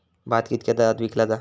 भात कित्क्या दरात विकला जा?